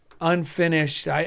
unfinished